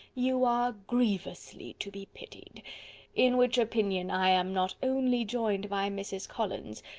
you are grievously to be pitied in which opinion i am not only joined by mrs. collins,